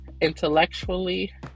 intellectually